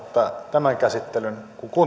tämän käsittelyn